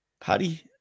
Paddy